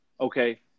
okay